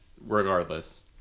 regardless